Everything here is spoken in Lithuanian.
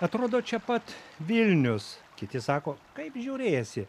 atrodo čia pat vilnius kiti sako kaip žiūrėsi